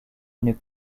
une